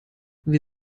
wir